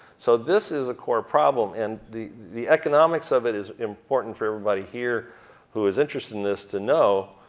so this is a core problem, and the the economics of it is important for everybody here who is interested in this to know.